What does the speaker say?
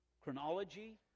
chronology